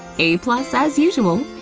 a as usual.